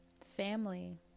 family